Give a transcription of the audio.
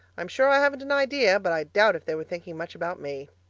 i'm sure i haven't an idea, but i doubt if they were thinking much about me.